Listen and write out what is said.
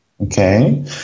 Okay